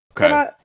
Okay